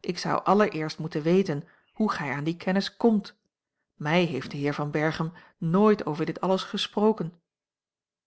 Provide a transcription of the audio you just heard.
ik zou allereerst moeten weten hoe gij aan die kennis komt mij heeft de heer van berchem nooit over dit alles gesproken